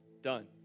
done